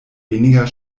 weniger